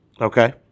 Okay